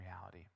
reality